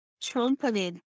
trumpeted